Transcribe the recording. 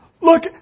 Look